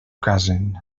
casen